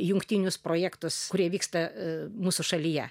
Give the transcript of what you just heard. jungtinius projektus kurie vyksta mūsų šalyje